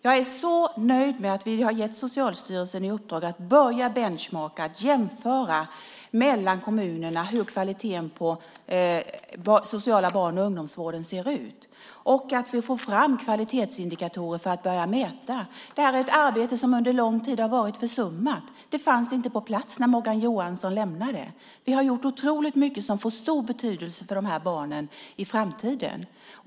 Jag är så nöjd med att vi har gett Socialstyrelsen i uppdrag att börja med benchmarking, att jämföra mellan kommunerna hur kvaliteten på den sociala barn och ungdomsvården ser ut och att vi får fram kvalitetsindikatorer för att börja mäta. Det här är ett arbete som har varit försummat under lång tid. Det fanns inte på plats när Morgan Johansson lämnade. Vi har gjort otroligt mycket som får stor betydelse för de här barnen i framtiden.